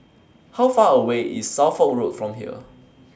How Far away IS Suffolk Road from here